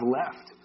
left